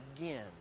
again